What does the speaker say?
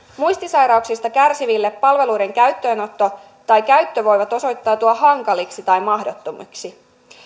muistisairauksista kärsiville palveluiden käyttöönotto tai käyttö voi osoittautua hankalaksi tai mahdottomaksi